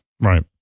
Right